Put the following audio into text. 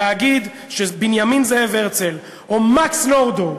להגיד שבנימין זאב הרצל או מקס נורדאו